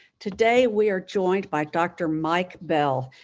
today we are joined by dr. mike bell,